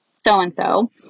so-and-so